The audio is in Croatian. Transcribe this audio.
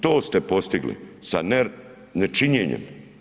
To ste postigli sa nečinjenjem.